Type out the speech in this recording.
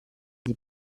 sie